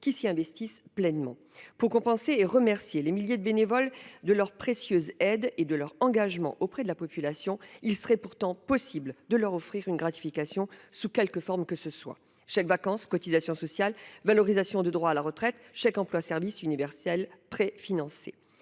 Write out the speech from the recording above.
qui s'y investissent pleinement. Pour récompenser et remercier les milliers de bénévoles de leur aide précieuse et de leur engagement auprès de la population, il serait pourtant possible de leur offrir une gratification, sous quelque forme que ce soit : chèque-vacances, cotisations sociales, valorisation de droits à la retraite, chèque emploi service universel (Cesu) préfinancé.